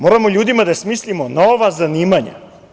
Moramo ljudima da smislimo nova zanimanja.